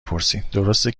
پرسین؟ درسته